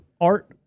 Art